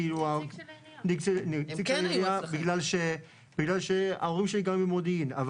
כאילו נציגי העירייה בגלל שההורים שלי גרים במודיעין.